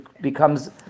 becomes